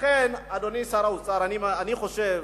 לכן, אדוני שר האוצר, אני חושב,